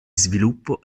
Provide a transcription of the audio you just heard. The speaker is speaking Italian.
sviluppo